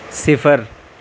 صفر